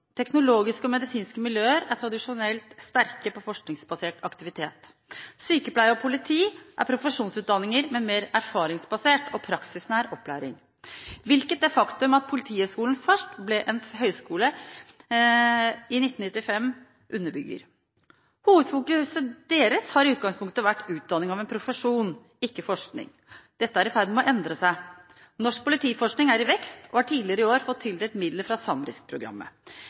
Teknologiske og medisinske miljøer er tradisjonelt sterke på forskningsbasert aktivitet. Sykepleie og politi er profesjonsutdanninger med mer erfaringsbasert og praksisnær opplæring, hvilket det faktum at Politihøgskolen først ble en høgskole i 1995, underbygger. Hovedfokuset deres har i utgangspunktet vært utdanning av en profesjon, ikke forskning. Dette er i ferd med å endre seg. Norsk politiforskning er i vekst, og har tidligere i år fått tildelt midler fra